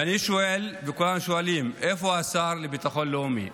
ואני שואל וכולם שואלים: איפה השר לביטחון לאומי?